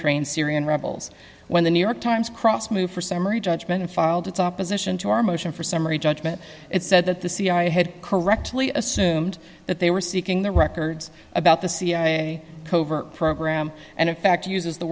train syrian rebels when the new york times crossed move for summary judgment and filed its opposition to our motion for summary judgment it said that the cia had correctly assumed that they were seeking the records about the cia covert program and in fact uses the